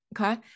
okay